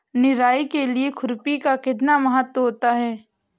निराई के लिए खुरपी का कितना महत्व होता है?